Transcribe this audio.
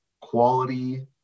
quality